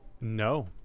No